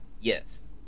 Yes